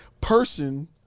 person